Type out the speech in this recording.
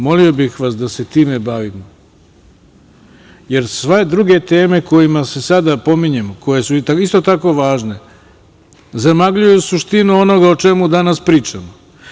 Molio bih vas da se time bavimo, jer sve druge teme koje sada pominjemo, koje su isto tako važne, zamagljuju suštinu onoga o čemu danas pričamo.